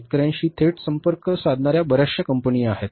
शेतकर्यांशी थेट संपर्क साधणार्या बर्याच कंपन्या आहेत